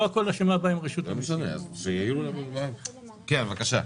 כן, בקשה.